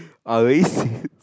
uh racist